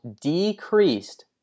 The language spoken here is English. decreased